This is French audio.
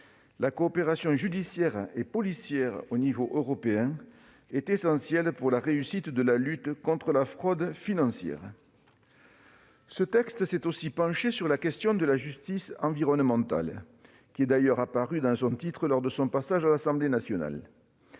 La coopération judiciaire et policière au niveau européen est essentielle pour la réussite de la lutte contre la fraude financière. Ce texte aborde aussi la question de la justice environnementale, qui a d'ailleurs fait son apparition dans le titre, lors de l'examen devant l'Assemblée nationale.